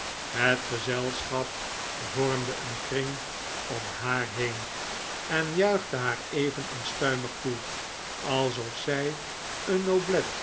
het gezelschap vormde een kring om haar heen en juichte haar even onstuimig toe alsof zij een noblet